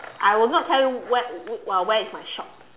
I will not tell you where w~ w~ uh where is my shop